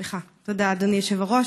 תודה, אדוני היושב-ראש.